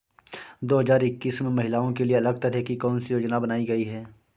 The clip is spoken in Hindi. दो हजार इक्कीस में महिलाओं के लिए अलग तरह की कौन सी योजना बनाई गई है?